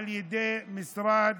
על ידי משרדי